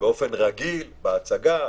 באופן רגיל בהצגה.